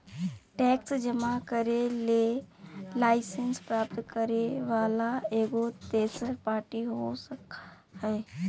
tax जमा करे ले लाइसेंस प्राप्त करे वला एगो तेसर पार्टी हो सको हइ